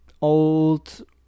old